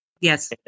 yes